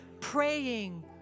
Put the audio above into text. praying